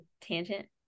tangent